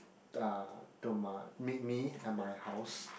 uh to my meet me at my house